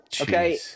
okay